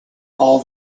all